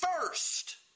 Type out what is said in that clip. first